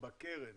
בקרן